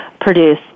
produce